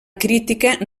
crítica